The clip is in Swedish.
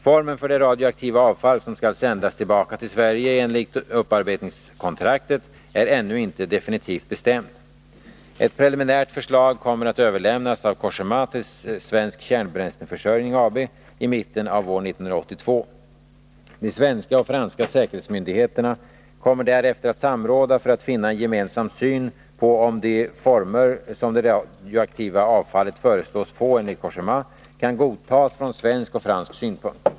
Formen för det radioaktiva avfall som skall sändas tillbaka till Sverige enligt upparbetningskontraktet är ännu inte definitivt bestämd. Ett preliminärt förslag kommer att överlämnas av Cogéma till Svensk Kärnbränsleförsörjning AB i mitten av år 1982. De svenska och franska säkerhetsmyndigheterna kommer därefter att samråda för att finna en gemensam syn på om de former, som det radioaktiva avfallet föreslås få enligt Cogéma, kan godtas från svensk och fransk synpunkt.